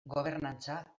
gobernantza